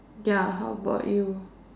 ya how about you